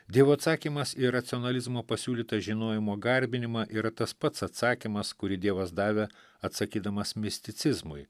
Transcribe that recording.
dievo atsakymas į racionalizmo pasiūlytą žinojimo garbinimą yra tas pats atsakymas kurį dievas davė atsakydamas misticizmui